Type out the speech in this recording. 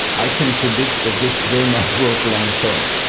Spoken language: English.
i can predict that this will not work long-term.